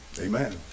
Amen